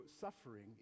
suffering